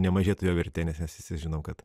nemažėtų jo vertė nes mes visi žinom kad